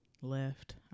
left